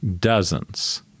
dozens